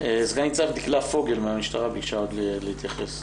סגן ניצב דקלה פוגל מהמשטרה ביקשה להתייחס.